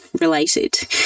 related